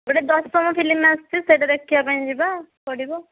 ଗୋଟିଏ ଦଶମ ଫିଲ୍ମ ଆସିଛି ସେଇଟା ଦେଖିଆ ପାଇଁ ଯିବା ଆଉ ପଡ଼ିବ